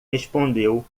respondeu